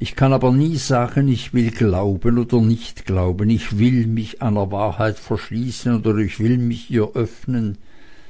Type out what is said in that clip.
ich kann aber nie sagen ich will glauben oder nicht glauben ich will mich einer wahrheit verschließen oder ich will mich ihr öffnen